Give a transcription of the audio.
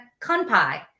kunpai